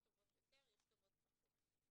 יש טובות יותר, יש טובות פחות.